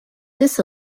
this